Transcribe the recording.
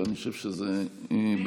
ואני חושב שזה בהחלט